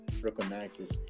recognizes